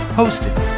hosted